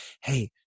hey